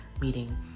meeting